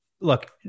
look